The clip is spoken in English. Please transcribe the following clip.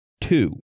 Two